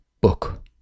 book